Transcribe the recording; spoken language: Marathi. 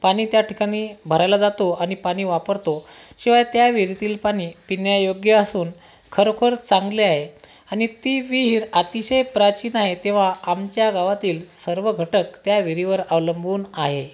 पाणी त्या ठिकाणी भरायला जातो आणि पाणी वापरतो शिवाय त्या विहिरीतील पाणी पिण्यायोग्य असून खरोखर चांगले आहे आणि ती विहीर अतिशय प्राचीन आहे तेव्हा आमच्या गावातील सर्व घटक त्या विहिरीवर अवलंबून आहे